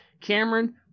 Cameron